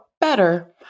better